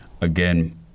again